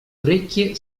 orecchie